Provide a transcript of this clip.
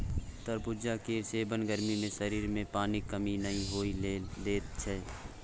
तरबुजा केर सेबन गर्मी मे शरीर मे पानिक कमी नहि होइ लेल दैत छै